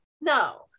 No